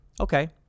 Okay